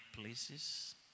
places